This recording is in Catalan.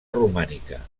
romànica